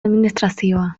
administrazioa